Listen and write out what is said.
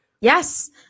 Yes